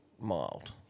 Mild